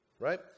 right